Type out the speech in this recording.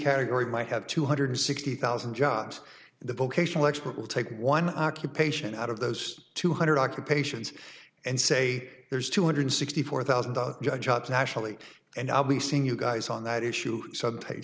category might have two hundred sixty thousand jobs the vocational expert will take one occupation out of those two hundred occupations and say there's two hundred sixty four thousand judge jobs nationally and i'll be seeing you guys on that issue